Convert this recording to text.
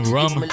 Rum